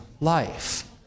life